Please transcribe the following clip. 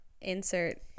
Insert